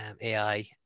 ai